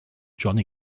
johnny